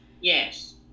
Yes